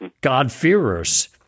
God-fearers